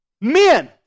Men